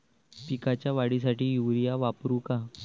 पिकाच्या वाढीसाठी युरिया वापरू का?